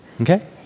Okay